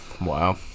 Wow